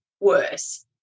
worse